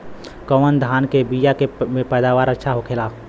कवन धान के बीया के पैदावार अच्छा होखेला?